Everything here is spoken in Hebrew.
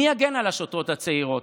מי יגן על השוטרות הצעירות?